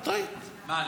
מה?